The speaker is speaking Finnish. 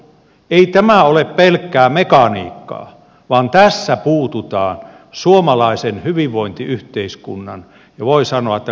ei tämä ole pelkkää mekaniikkaa vaan tässä puututaan suomalaisen hyvinvointiyhteiskunnan ja voi sanoa kansalaisyhteiskunnan ytimiin